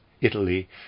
Italy